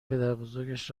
پدربزرگش